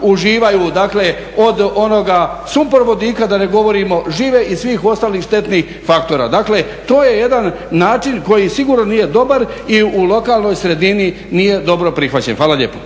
uživaju dakle od onoga sumporvodika, da ne govorimo žive i svih ostalih štetnih faktora. Dakle to je jedan način koji sigurno nije dobar i u lokalnoj sredini nije dobro prihvaćen. Hvala lijepo.